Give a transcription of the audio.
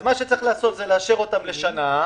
מה שצריך לעשות זה לאשר אותם לשנה,